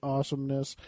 Awesomeness